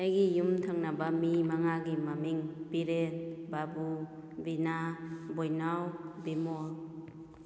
ꯑꯩꯒꯤ ꯌꯨꯝ ꯊꯪꯅꯕ ꯃꯤ ꯃꯉꯥꯒꯤ ꯃꯃꯤꯡ ꯕꯤꯔꯦꯟ ꯕꯥꯕꯨ ꯕꯤꯅꯥ ꯕꯣꯏꯅꯥꯎ ꯕꯤꯃꯣꯜ